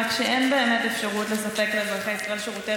רק שאין באמת אפשרות לספק לאזרחי ישראל שירותי